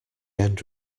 end